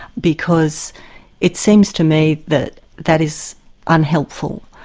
because it seems to me that that is unhelpful.